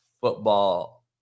football